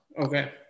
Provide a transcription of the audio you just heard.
Okay